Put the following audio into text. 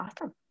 awesome